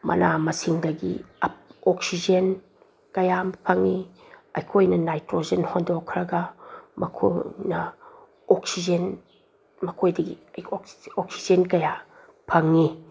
ꯃꯅꯥ ꯃꯁꯤꯡꯗꯒꯤ ꯑꯣꯛꯁꯤꯖꯦꯟ ꯀꯌꯥ ꯑꯃ ꯐꯪꯉꯤ ꯑꯩꯈꯣꯏꯅ ꯅꯥꯏꯇ꯭ꯔꯣꯖꯦꯟ ꯍꯣꯟꯗꯣꯛꯈ꯭ꯔꯒ ꯃꯈꯣꯏꯅ ꯑꯣꯛꯁꯤꯖꯦꯟ ꯃꯈꯣꯏꯗꯒꯤ ꯑꯣꯛꯁꯤꯖꯦꯟ ꯀꯌꯥ ꯐꯪꯉꯤ